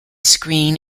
screen